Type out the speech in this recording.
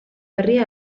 berria